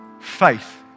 faith